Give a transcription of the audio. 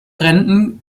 renten